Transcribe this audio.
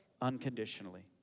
unconditionally